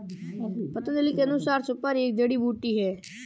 पतंजलि के अनुसार, सुपारी एक जड़ी बूटी है